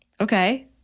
Okay